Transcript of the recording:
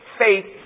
faith